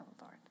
Lord